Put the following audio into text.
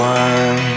one